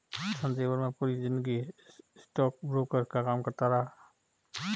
संजय वर्मा पूरी जिंदगी स्टॉकब्रोकर का काम करता रहा